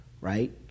right